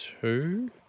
Two